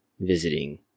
visiting